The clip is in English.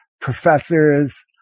professors